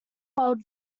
world